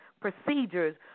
procedures